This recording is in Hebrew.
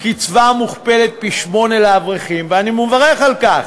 קצבה מוכפלת פי-שמונה לאברכים, ואני מברך על כך,